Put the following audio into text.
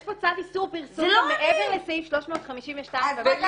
יש פה צו איסור פרסום גם מעבר לסעיף 352 --- אז רגע,